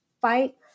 fight